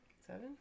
seven